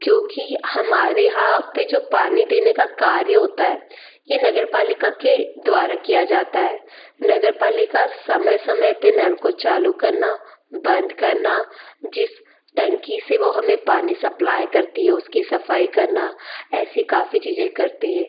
क्योंकि हमारे यहाँ पर जो पानी देने का कार्य होता है यह नगरपालिका के द्वारा किया जाता है नगरपालिका समय समय पर नल को चालू करना बंद करना जिस टंकी से वह हमें पानी सप्लाई करती है उसकी सफ़ाई करना ऐसी काफ़ी चीज़ें करती है